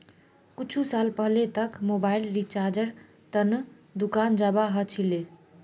कुछु साल पहले तक मोबाइल रिचार्जेर त न दुकान जाबा ह छिले